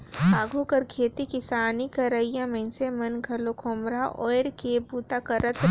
आघु कर खेती किसानी करोइया मइनसे मन घलो खोम्हरा ओएढ़ के बूता करत रहिन